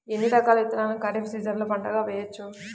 ఎన్ని రకాల విత్తనాలను ఖరీఫ్ సీజన్లో పంటగా వేయచ్చు?